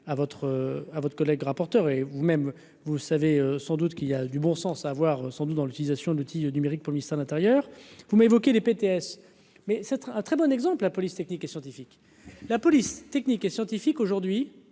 à votre collègue rapporteur et vous même vous savez sans doute qu'il y a du bon sens à avoir sans doute dans l'utilisation de l'outil numérique pour ministère de l'Intérieur. Vous m'évoquez les BTS, mais c'est un très bon exemple, la police technique et scientifique, la police technique et scientifique aujourd'hui